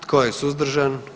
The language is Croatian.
Tko je suzdržan?